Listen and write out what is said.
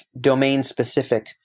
domain-specific